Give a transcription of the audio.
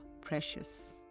precious